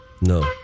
No